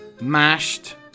Mashed